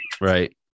right